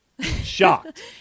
shocked